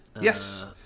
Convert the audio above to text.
Yes